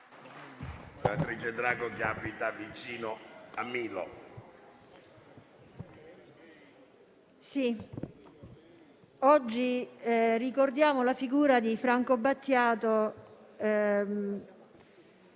oggi ricordiamo la figura di Franco Battiato,